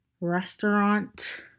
restaurant